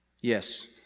yes